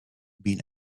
been